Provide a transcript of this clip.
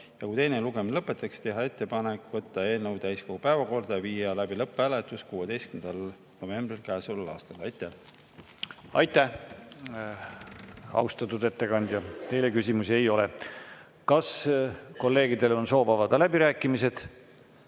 ja kui teine lugemine lõpetatakse, teha ettepanek võtta eelnõu täiskogu päevakorda ja viia läbi lõpphääletus 16. novembril käesoleval aastal. Aitäh! Aitäh, austatud ettekandja! Teile küsimusi ei ole. Kas kolleegidel on soov avada läbirääkimised?